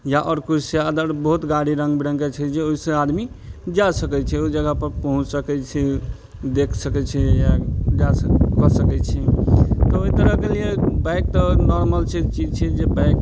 या आओर किछु छै अदर बहुत गाड़ी रङ्ग बिरङ्गके छै जे ओइसँ आदमी जा सकय छै ओइ जगहपर पहुँच सकय छै देख सकय छै या जा सकय छै तऽ ओइ तरहके लिये बाइक तऽ नॉर्मल छै चीज छै जे बाइक